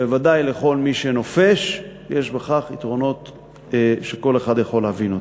ובוודאי למי שנופש יש בכך יתרונות שכל אחד יכול להבין אותם.